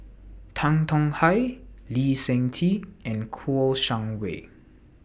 Tan Tong Hye Lee Seng Tee and Kouo Shang Wei